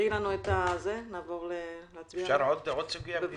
אני מבקש להעלות עוד סוגיה.